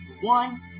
one